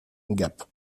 gap